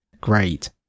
Great